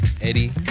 Eddie